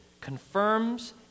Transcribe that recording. confirms